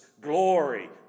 glory